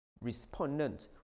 respondent